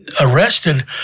arrested